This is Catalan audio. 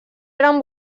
eren